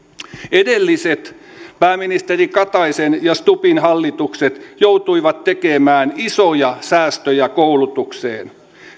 edelliset pääministeri kataisen ja stubbin hallitukset joutuivat tekemään isoja säästöjä koulutukseen